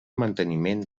manteniment